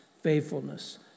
faithfulness